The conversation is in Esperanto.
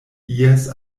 ies